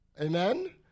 Amen